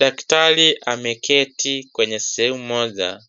Daktari ameketi kwenye sehemu moja